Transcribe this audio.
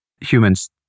humans